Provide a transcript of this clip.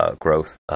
growth